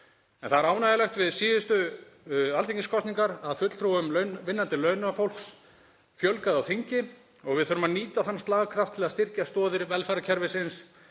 Það er ánægjulegt við síðustu alþingiskosningar að fulltrúum vinnandi launafólks fjölgaði á þingi. Við þurfum að nýta þann slagkraft til að styrkja stoðir velferðarkerfisins